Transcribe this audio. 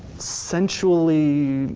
sensually